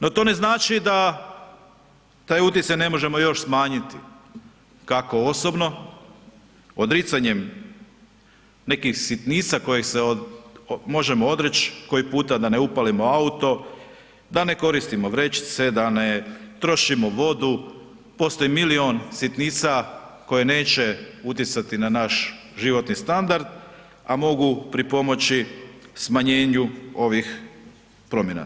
No to ne znači da taj utjecaj ne možemo još smanjiti, kako osobno odricanjem nekih sitnica kojih se možemo odreći koji puta da ne upalimo auto, da ne koristimo vrećice, da ne trošimo vodu, postoji milion sitnica koje neće utjecati na naš životni standard, a mogu pripomoći smanjenju ovih promjena.